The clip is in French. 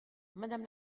madame